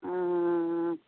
हूँ